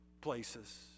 places